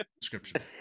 description